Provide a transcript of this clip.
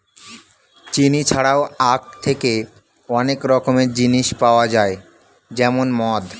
চিনি ছাড়াও আখ থেকে অনেক রকমের জিনিস পাওয়া যায় যেমন মদ